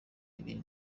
bibiri